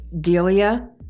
Delia